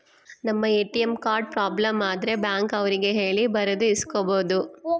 ನಮ್ ATM card problem ಆದ್ರೆ bank ಅವ್ರಿಗೆ ಹೇಳಿ ಬೇರೆದು ಇಸ್ಕೊಬೋದು